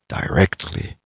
directly